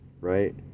right